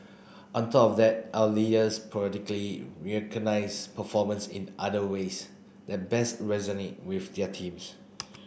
on top of that our leaders periodically recognise performance in other ways that best resonate with their teams